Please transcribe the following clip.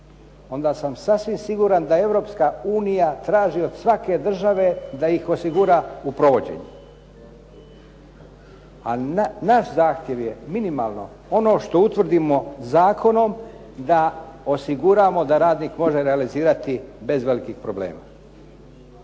onda sam sasvim siguran da Europska unija traži od svake države da ih osigura u provođenju. A naš zahtjev je minimalno ono što utvrdimo zakonom da osiguramo da radnik može realizirati bez velikih problema.